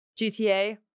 GTA